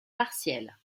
partielle